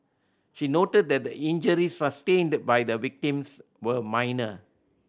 she noted that the injuries sustained by the victims were minor